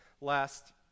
last